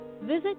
visit